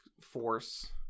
force